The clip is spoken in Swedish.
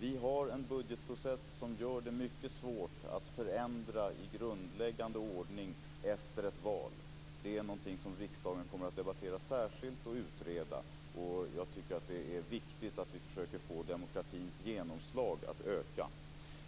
Vi har en budgetprocess som gör det mycket svårt att förändra i grundläggande ordning efter ett val. Det är något som riksdagen kommer att debattera särskilt och utreda. Jag tycker att det är viktigt att vi försöker få demokratins genomslag att öka.